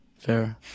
Fair